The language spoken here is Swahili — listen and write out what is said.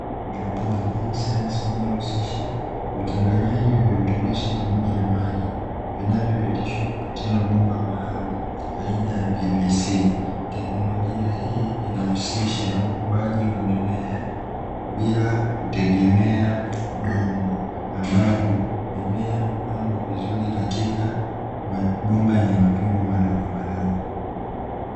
Haidroponi, hii ni sayansi inayohusisha uchanganyaji wa virutubishi pamoja na maji, vinavyopitishwa kupitia mabomba maalumu aina ya PVC, teknolojia hii inahusisha ukuaji wa mimea bila kutegemea udongo, ambapo mimea hupandwa vizuri katika mabomba yenye matundu madogomadogo.